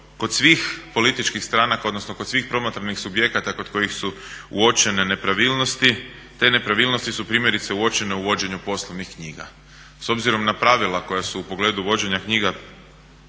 kod svih političkih stranaka, odnosno kod svih promatranih subjekata kod kojih su uočene nepravilnosti te nepravilnosti su primjerice uočene u vođenju poslovnih knjiga. S obzirom na pravila koja su u pogledu vođenja knjiga